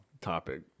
topic